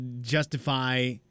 justify